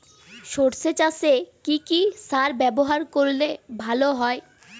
সর্ষে চাসে কি কি সার ব্যবহার করলে ভালো হয়?